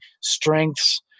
strengths